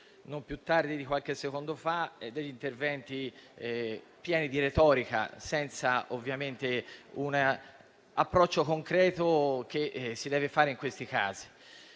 non più tardi di qualche secondo fa, interventi pieni di retorica, senza l'approccio concreto che si deve avere in questi casi.